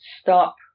Stop